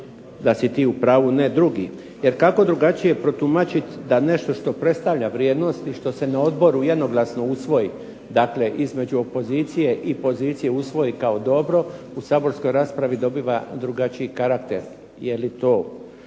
da si ti u pravu ne drugi. Jer kako drugačije protumačit da nešto što predstavlja vrijednost i što se na odboru jednoglasno usvoji, dakle između opozicije i pozicije usvoji kao dobro, u saborskoj raspravi dobiva drugačiji karakter. Je li to